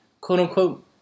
quote-unquote